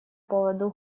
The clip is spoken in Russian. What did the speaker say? поводу